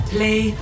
Play